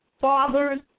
fathers